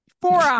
four